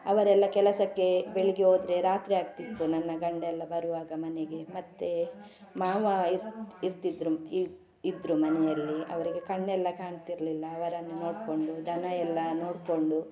ಅವರೆಲ್ಲ ಕೆಲಸಕ್ಕೆ ಬೆಳಗ್ಗೆ ಹೋದ್ರೆ ರಾತ್ರಿ ಆಗ್ತಿತ್ತು ನನ್ನ ಗಂಡ ಎಲ್ಲ ಬರುವಾಗ ಮನೆಗೆ ಮತ್ತೆ ಮಾವ ಇರ್ತಿದ್ದರು ಇದು ಇದ್ದರು ಮನೆಯಲ್ಲಿ ಅವರಿಗೆ ಕಣ್ಣೆಲ್ಲ ಕಾಣ್ತಿರಲಿಲ್ಲ ಅವರನ್ನು ನೋಡಿಕೊಂಡು ದನ ಎಲ್ಲ ನೋಡಿಕೊಂಡು